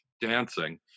dancing